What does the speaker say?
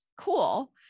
cool